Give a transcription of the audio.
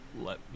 let